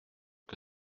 que